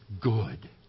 good